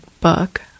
book